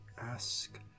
ask